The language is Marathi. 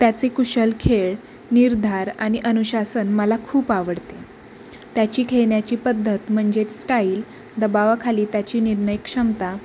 त्याचे कुशल खेळ निर्धार आणि अनुशासन मला खूप आवडते त्याची खेळण्याची पद्धत म्हणजेच स्टाईल दबावाखाली त्याची निर्णय क्षमता